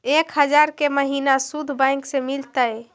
एक हजार के महिना शुद्ध बैंक से मिल तय?